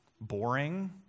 boring